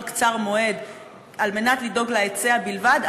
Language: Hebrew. קצר-מועד על מנת לדאוג להיצע בלבד,